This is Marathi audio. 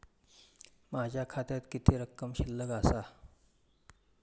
माझ्या खात्यात किती रक्कम शिल्लक आसा?